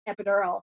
epidural